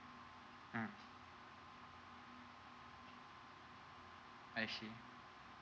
mm I see